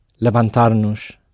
levantarnos